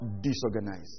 disorganized